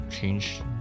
change